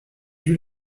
dut